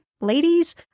ladies